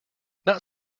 not